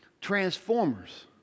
transformers